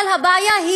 אבל הבעיה,